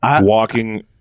walking